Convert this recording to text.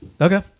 Okay